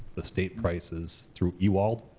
the state price is through ewald.